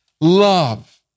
Love